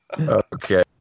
Okay